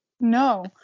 No